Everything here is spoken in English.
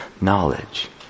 knowledge